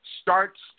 starts